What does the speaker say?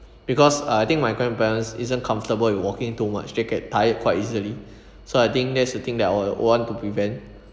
because uh I think my grandparents isn't comfortable with walking too much they get tired quite easily so I think that's a thing that I would want to prevent